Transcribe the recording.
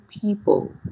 people